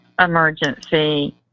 emergency